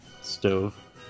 Stove